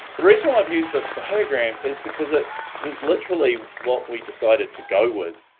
the reason why i've used this diagram is because it was literally what we decided to go with.